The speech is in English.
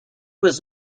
was